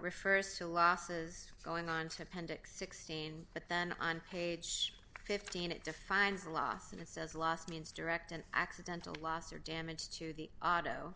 refers to losses going on to pendent sixteen but then on page fifteen it defines a loss and it says lost means direct an accidental loss or damage to the audio